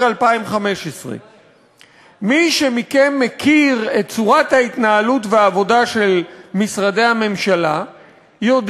2015. מי מכם שמכיר את צורת ההתנהלות והעבודה של משרדי הממשלה יודע